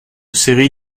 série